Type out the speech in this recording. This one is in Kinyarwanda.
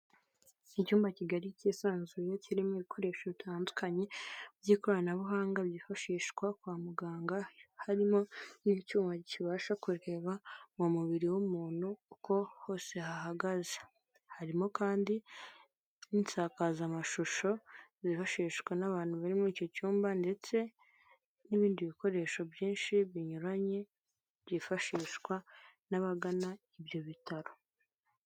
Icyumba kigali kisanzuzuye, kirimo ibikoresho bitandukanye by'ikoranabuhanga byifashishwa kwa muganga harimo n'icyuma kibasha kureba mu mubiri w'umuntu kuko hose hahagaze. Harimo kandi n'isakazamashusho zifashishwa n'abantu bari muri icyo cyumba ndetse n'ibindi bikoresho byinshi binyuranye byifashishwa n'abagana ibyo bitaro.